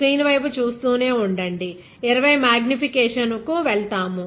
screen వైపు చూస్తూనే ఉండండి 20 X మాగ్నిఫికేషన్ కు వెళ్తాము